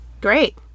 Great